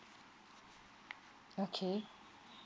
okay